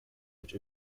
which